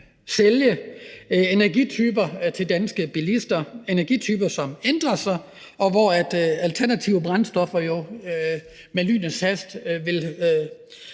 sælge energityper til danske bilister, energityper, som ændrer sig, og hvor alternative brændstoffer jo med lynets hast vil